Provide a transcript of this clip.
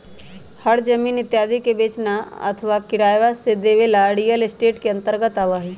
घर जमीन इत्यादि के खरीदना, बेचना अथवा किराया से देवे ला रियल एस्टेट के अंतर्गत आवा हई